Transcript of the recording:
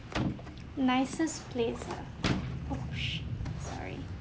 nicest place ah !oops! sorry